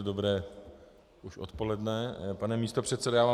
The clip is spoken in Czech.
Dobré už odpoledne, pane místopředsedo.